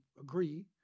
agree